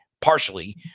partially